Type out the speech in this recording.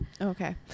Okay